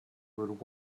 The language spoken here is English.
would